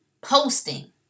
posting